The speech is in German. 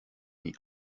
nie